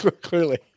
clearly